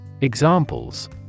Examples